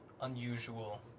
unusual